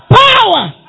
Power